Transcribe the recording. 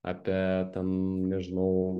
apie ten nežinau